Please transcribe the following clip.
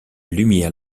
lumière